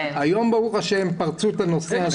היום פרצו את הנושא הזה.